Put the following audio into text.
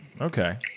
okay